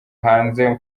hanze